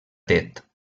tet